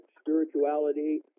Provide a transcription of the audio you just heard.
spirituality